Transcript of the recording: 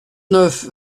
neuf